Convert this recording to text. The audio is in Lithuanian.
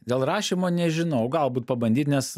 dėl rašymo nežinau galbūt pabandyt nes